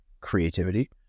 creativity